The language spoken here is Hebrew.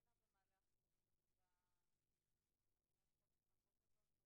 לפחות נברך, ואחרי זה על המוגמר.